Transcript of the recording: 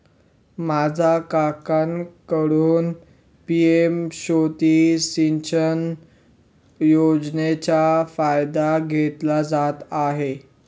माझा काकांकडून पी.एम शेती सिंचन योजनेचा फायदा घेतला जात आहे